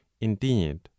indeed